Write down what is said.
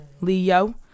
Leo